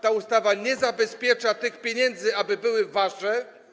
Ta ustawa nie zabezpiecza tych pieniędzy, aby były wasze.